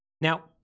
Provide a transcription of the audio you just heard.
Now